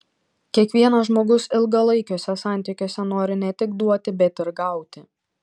kiekvienas žmogus ilgalaikiuose santykiuose nori ne tik duoti bet ir gauti